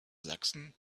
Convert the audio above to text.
sachsen